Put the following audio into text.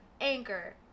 Anchor